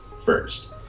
first